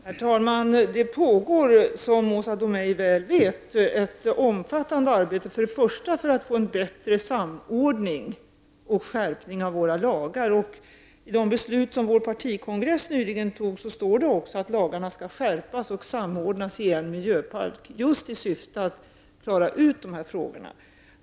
Herr talman! Det pågår som Åsa Domeij väl vet ett omfattande arbete först och främst för att få en bättre samordning och skärpning av våra lagar. Och i de beslut som vår partikongress nyligen fattade står det att lagarna skall skärpas och samordnas i en miljöpark just i syfte att man skall klara ut dessa frågor.